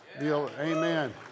Amen